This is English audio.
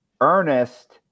Ernest